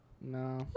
No